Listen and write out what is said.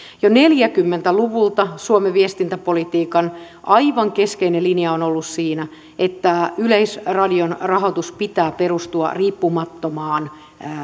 jo neljäkymmentä luvulta suomen viestintäpolitiikan aivan keskeinen linja on ollut siinä että yleisradion rahoituksen pitää perustua riippumattomaan